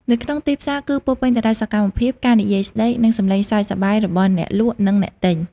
នៅក្នុងទីផ្សារ គឺពោរពេញទៅដោយសកម្មភាព ការនិយាយស្តី និងសម្លេងសើចសប្បាយរបស់អ្នកលក់ និងអ្នកទិញ។